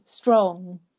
strong